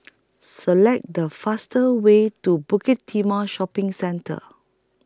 Select The faster Way to Bukit Timah Shopping Centre